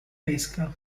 pesca